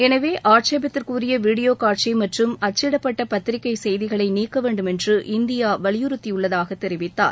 எனவே ஆட்சேபத்திற்கு உரிய வீடியோ காட்சி மற்றும் அச்சிடப்பட்ட பத்திரிக்கை செய்திகளை நீக்கவேண்டும் என்று இந்தியா வலியுறுத்தியுள்ளதாக தெரிவித்தார்